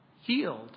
healed